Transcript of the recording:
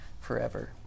forever